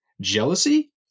jealousy